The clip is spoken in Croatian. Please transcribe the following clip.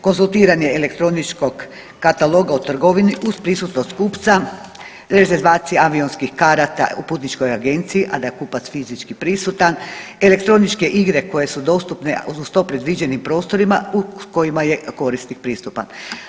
Konzultiranje elektroničkog kataloga o trgovini uz prisutnost kupca, rezervacija avionskih karata u putničkoj agenciji, a da je kupac fizički prisutan, elektroničke igre koje su dostupne u to predviđenim prostorima u kojima je korisnik prisutan.